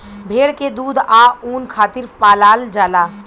भेड़ के दूध आ ऊन खातिर पलाल जाला